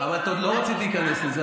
לא רציתי להיכנס לזה,